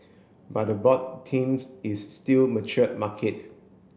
but the board themes is still matured market